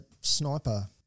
sniper